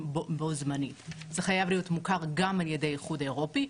בו זמנית: להיות מוכר גם על ידי האיחוד האירופי,